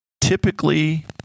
typically